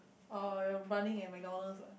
oh you're running at MacDonald's what